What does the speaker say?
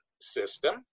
system